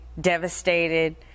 devastated